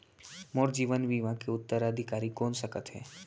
मोर जीवन बीमा के उत्तराधिकारी कोन सकत हे?